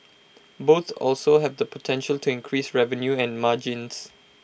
both also have the potential to increase revenue and margins